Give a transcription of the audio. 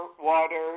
water